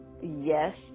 Yes